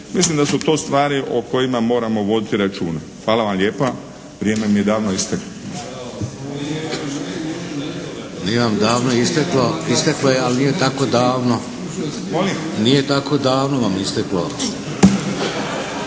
Mislim da su to stvari o kojima moramo voditi računa. Hvala vam lijepa, vrijeme mi je davno isteklo. **Šeks, Vladimir (HDZ)** Nije vam davno isteklo. Isteklo je, ali nije tako davno. **Topić, Jozo